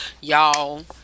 y'all